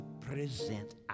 present